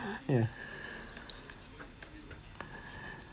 ya